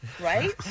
Right